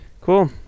Cool